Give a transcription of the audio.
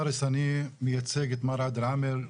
אני מייצג את מר עאדל עאמר,